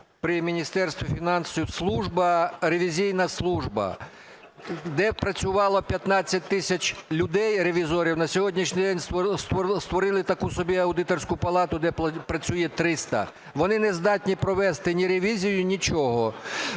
при Міністерстві фінансів служба, ревізійна служба, де працювало 15 тисяч людей, ревізорів. На сьогоднішній день створили таку собі аудиторську палату, де працює 300. Вони не здатні провести ні ревізію, нічого.